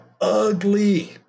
ugly